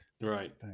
right